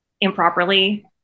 improperly